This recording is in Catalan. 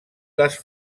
les